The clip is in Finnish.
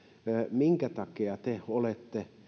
minkä takia te